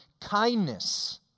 kindness